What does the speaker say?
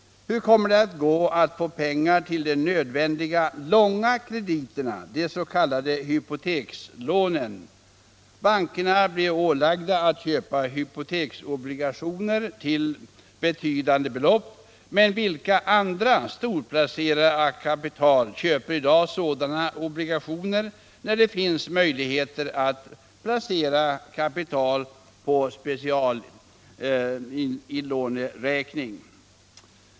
Hur skall det gå att få pengar till de nödvändiga långa krediterna, de s.k. hypotekslånen? Bankerna blir ålagda att köpa hypoteksobligationer till betydande belopp. Men vilka andra storplacerare av kapital köper i dag sådana obligationer, när det finns möjligheter att placera kapital på speciallåneräkning?